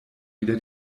wieder